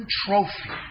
trophy